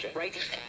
Right